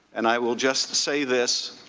and i will just say this,